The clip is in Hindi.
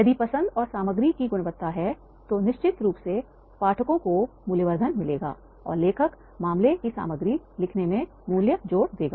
यदि पसंद और सामग्री की गुणवत्ता है तो निश्चित रूप से पाठकों को मूल्यवर्धन मिलेगा और लेखक मामले की सामग्री लिखने में मूल्य जोड़ देगा